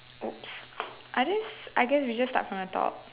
ops I guess I guess we just start from the top